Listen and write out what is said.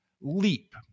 leap